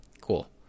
Cool